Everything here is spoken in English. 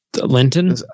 Linton